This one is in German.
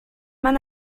man